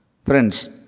Friends